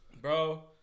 Bro